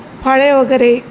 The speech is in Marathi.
फळे वगैरे